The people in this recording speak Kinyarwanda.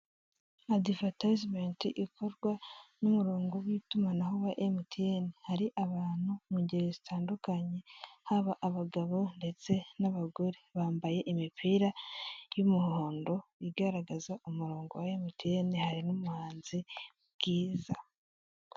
Adivatayizimenti ikorwa n'umurongo w'itumanaho wa Emutiyeni. Hari abantu mu ngeri zitandukanye, haba abagabo ndetse n'abagore. Bambaye imipira y'umuhondo igaragaza umurongo wa Emutiyeni, hari n'umuhanzi Bwiza.